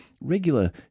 regular